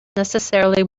necessarily